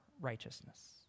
righteousness